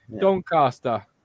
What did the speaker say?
doncaster